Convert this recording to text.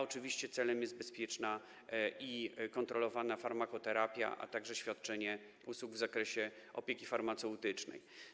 Oczywiście celem jest tu bezpieczna i kontrolowana farmakoterapia, a także świadczenie usług w zakresie opieki farmaceutycznej.